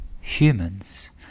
humans